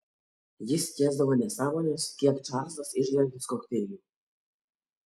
jis skiesdavo nesąmones kiek čarlzas išgeriantis kokteilių